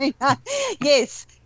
yes